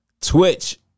Twitch